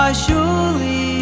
surely